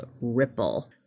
Ripple